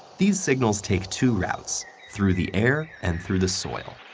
these signals take two routes through the air, and through the soil.